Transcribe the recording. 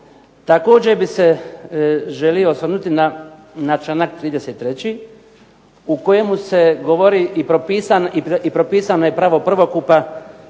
Također bih se želio osvrnuti na članak 33. u kojemu se govori i propisano je pravo prvokupa